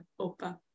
Opa